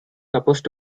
supposed